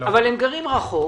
אבל הם גרים רחוק